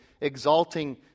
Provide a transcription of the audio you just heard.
exalting